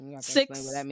Six